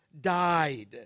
died